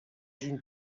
une